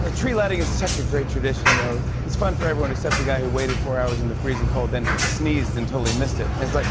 ah tree lighting is such a great tradition, though. it's it's fun for everyone except the guy who waited four hours in the freezing cold, then sneezed and totally missed it. it's like